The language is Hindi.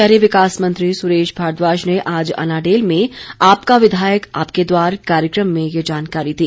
शहरी विकास मंत्री सुरेश भारद्वाज ने आज अनाडेल में आपका विधायक आपके द्वार कार्यक्रम में ये जानकारी दी